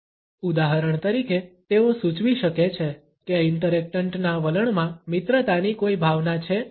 ઉદાહરણ તરીકે તેઓ સૂચવી શકે છે કે ઇન્ટરેક્ટન્ટ ના વલણમાં મિત્રતાની કોઈ ભાવના છે કે નહીં